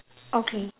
okay